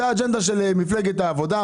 זאת האג'נדה של מפלגת העבודה,